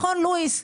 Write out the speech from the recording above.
מכון לואיס".